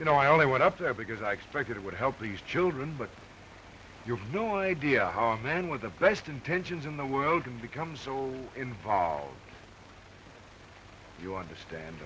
you know i only went up there because i expected it would help these children but you're no idea how a man with the best intentions in the world can become so involved you understand